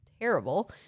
terrible